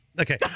Okay